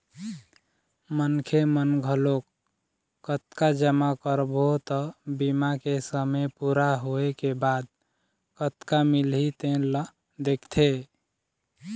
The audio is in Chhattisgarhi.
मनखे मन घलोक कतका जमा करबो त बीमा के समे पूरा होए के बाद कतका मिलही तेन ल देखथे